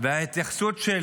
וההתייחסות של